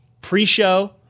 pre-show